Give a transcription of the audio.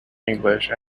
english